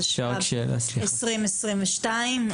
התשפ"ב-2022,